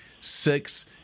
six